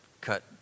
cut